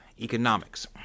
Economics